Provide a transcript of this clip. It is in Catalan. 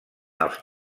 als